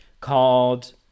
called